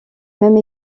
même